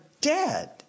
dead